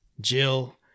Jill